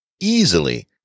easily